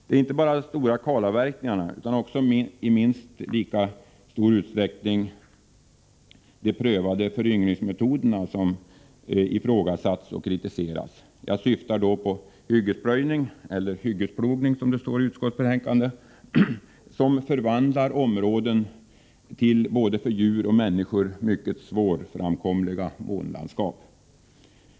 Det är inte bara de stora kalavverkningarna utan också i minst lika stor utsträckning de prövade föryngringsmetoderna som ifrågasatts och kritiserats. Jag syftar på hyggesplöjning eller hyggesplogning, som det står i utskottsbetänkandet, som förvandlar områdena till både för djur och människor mycket svårframkomliga månlandskap.